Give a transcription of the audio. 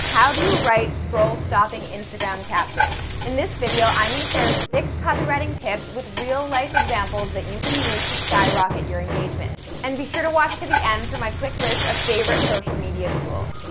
how do you write scroll-stopping instagram captions? in this video, i'm going to share six copywriting tips with real life examples that you can use to skyrocket your engagement. and be sure to watch to the end for my quick list of favorite social media tools.